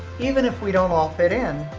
even if we don't all fit in,